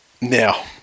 Now